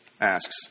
asks